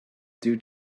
due